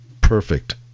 Perfect